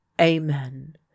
amen